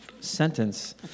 sentence